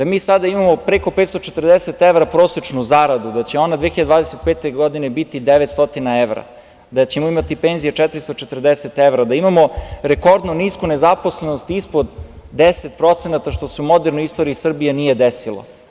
Da mi sada imamo preko 540 evra prosečnu zaradu, da će ona 2025. godine biti 900 evra, da ćemo imati penzije 440 evra, da imamo rekordno nisku nezaposlenost ispod 10% što se u modernoj istoriji Srbije nije desilo.